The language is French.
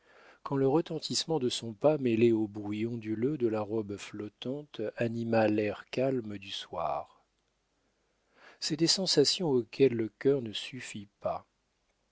quand le retentissement de son pas mêlé au bruit onduleux de la robe flottante anima l'air calme du soir c'est des sensations auxquelles le cœur ne suffit pas